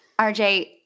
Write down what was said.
RJ